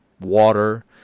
water